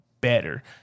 better